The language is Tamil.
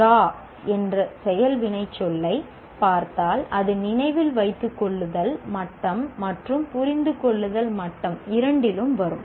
'டிரா ' என்ற செயல் வினைச்சொல்லைப் பார்த்தால் அது நினைவில் வைத்துக்கொள்ளுதல் மட்டம் மற்றும் புரிந்துகொள்ளுதல் மட்டம் இரண்டிலும் வரும்